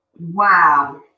Wow